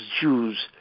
Jews